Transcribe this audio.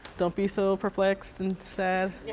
don't be so perplexed and sad.